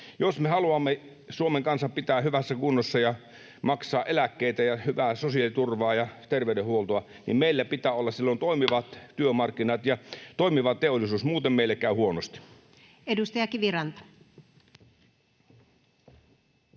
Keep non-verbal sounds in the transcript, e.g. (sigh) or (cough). Jos me haluamme Suomen kansan pitää hyvässä kunnossa ja maksaa eläkkeitä ja ylläpitää hyvää sosiaaliturvaa ja terveydenhuoltoa, niin meillä pitää olla silloin toimivat työmarkkinat (noise) ja toimiva teollisuus. Muuten meille käy huonosti. Edustaja Kiviranta.